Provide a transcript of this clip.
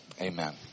Amen